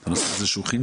אני מאמין שזה ייפתר.